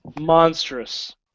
Monstrous